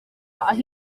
aho